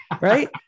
Right